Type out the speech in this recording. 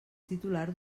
titular